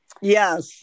Yes